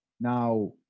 Now